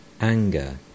anger